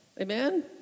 Amen